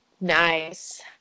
Nice